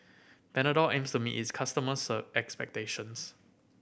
Panadol aims to meet its customers' expectations